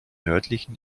nördlichen